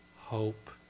hope